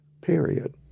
period